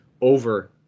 over